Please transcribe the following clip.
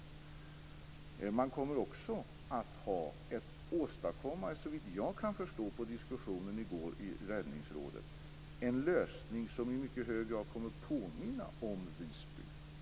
Såvitt jag kan förstå av diskussionen i Räddningsrådet i går kommer man också att åstadkomma en lösning som i mycket hög grad kommer att påminna om den i Visby.